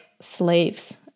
slaves